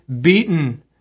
beaten